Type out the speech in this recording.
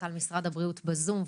מנכ"ל משרד הבריאות בזום,